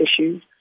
issues